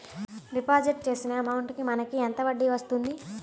Deposit చేసిన amount కి మనకి ఎంత వడ్డీ వస్తుంది?